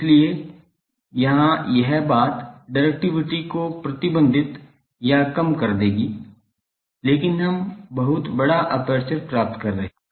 इसलिए यहां यह बात डिरेक्टिविटी को प्रतिबंधित या कम कर देगी लेकिन हम बहुत बड़ा एपर्चर प्राप्त कर रहे हैं